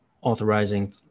authorizing